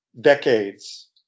decades